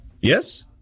Yes